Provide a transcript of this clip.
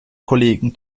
kollegen